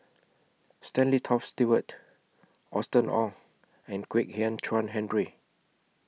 Stanley Toft Stewart Austen Ong and Kwek Hian Chuan Henry